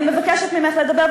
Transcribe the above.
אני מבקשת ממך לדבר.